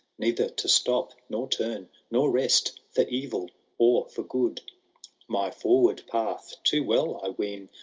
neither to stop, nor turn, nor rest. for evil or for gooda my forward path too well i ween.